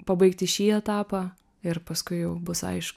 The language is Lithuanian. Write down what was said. pabaigti šį etapą ir paskui jau bus aišku